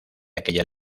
aquella